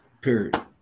period